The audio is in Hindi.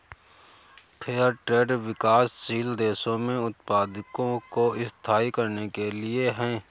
फेयर ट्रेड विकासशील देशों में उत्पादकों को स्थायी करने के लिए है